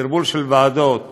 הסרבול של ועדות.